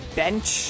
bench